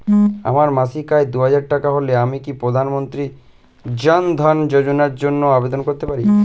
আমার মাসিক আয় দুহাজার টাকা হলে আমি কি প্রধান মন্ত্রী জন ধন যোজনার জন্য আবেদন করতে পারি?